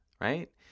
right